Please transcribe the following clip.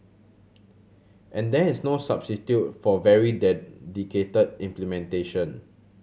and there is no substitute for very dedicated implementation